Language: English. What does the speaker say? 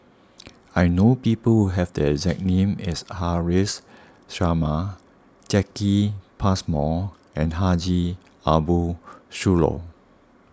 I know people who have the exact name as Haresh Sharma Jacki Passmore and Haji Ambo Sooloh